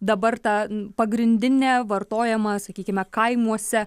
dabar ta pagrindinė vartojama sakykime kaimuose